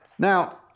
Now